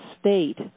state